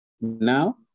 now